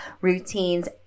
routines